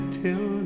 till